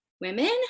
women